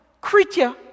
creature